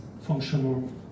functional